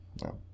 No